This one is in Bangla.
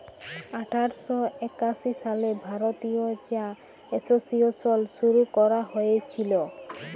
আঠার শ একাশি সালে ভারতীয় চা এসোসিয়েশল শুরু ক্যরা হঁইয়েছিল